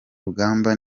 rugamba